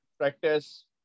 practice